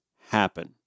happen